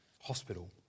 hospital